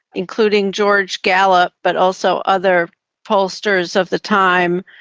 including george gallup but also other pollsters of the time,